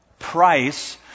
price